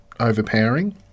Overpowering